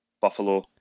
Buffalo